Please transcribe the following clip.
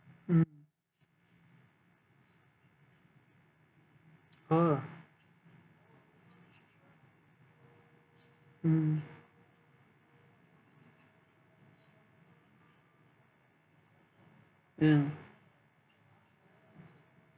mm ah mm mm